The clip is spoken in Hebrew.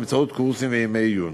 באמצעות קורסים וימי עיון.